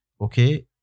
okay